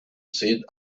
said